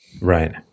Right